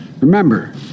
Remember